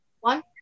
One